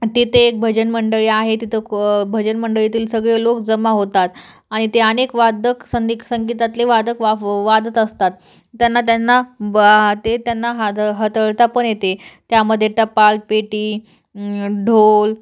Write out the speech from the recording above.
तिथे एक भजन मंडळी आहे तिथं भजन मंडळीतील सगळे लोक जमा होतात आणि ते अनेक वादक संदिक संगीतातले वादक वाप वाजत असतात त्यांना त्यांना ते त्यांना हाद हाताळता पण येते त्यामध्ये टपालपेटी ढोल